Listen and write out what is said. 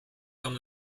from